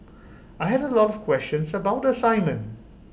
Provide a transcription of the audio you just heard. I had A lot of questions about the assignment